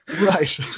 Right